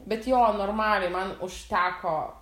bet jo normaliai man užteko